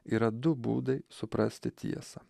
yra du būdai suprasti tiesą